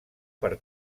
per